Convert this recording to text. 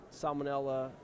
Salmonella